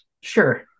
sure